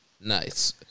Nice